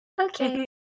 Okay